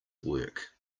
work